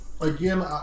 Again